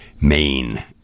main